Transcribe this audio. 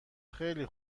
خیلی